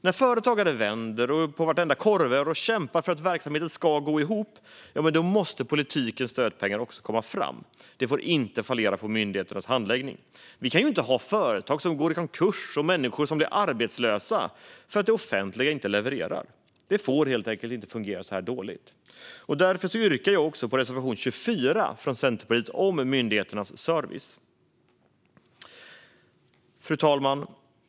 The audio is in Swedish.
När företagare vänder på vartenda korvöre och kämpar för att verksamheten ska gå ihop måste politikens stödpengar komma fram. Det får inte fallera på myndigheternas handläggning. Vi kan inte ha företag som går i konkurs och människor som blir arbetslösa för att det offentliga inte levererar. Det får helt enkelt inte fungera så här dåligt. Därför yrkar jag bifall till reservation 24 från Centerpartiet om myndigheternas service. Fru talman!